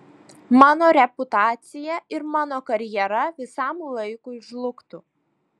mano reputacija ir mano karjera visam laikui žlugtų